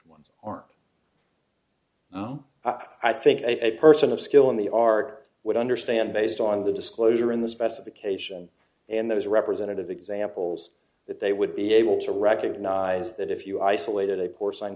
ones are i think i person of skill in the art would understand based on the disclosure in the specification and that is representative examples that they would be able to recognize that if you isolated a poor sign